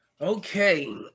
Okay